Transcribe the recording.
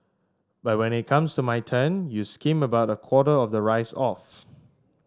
but when it comes to my turn you skim about a quarter of the rice off